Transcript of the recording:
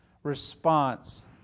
response